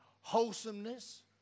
wholesomeness